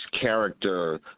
character